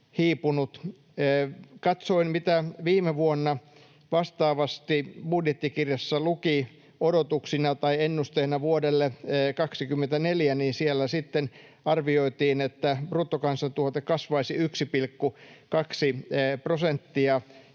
katsoin, mitä viime vuonna vastaavasti budjettikirjassa luki odotuksina tai ennusteena vuodelle 24, niin siellä arvioitiin, että bruttokansantuote kasvaisi 1,2 prosenttia,